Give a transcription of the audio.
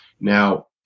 Now